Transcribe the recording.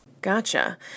Gotcha